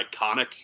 iconic